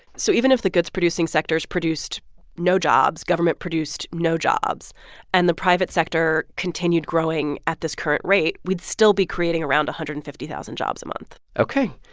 so even if the goods-producing sectors produced no jobs, government produced no jobs and the private sector continued growing at this current rate, we'd still be creating around one hundred and fifty thousand jobs a month ok.